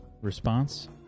response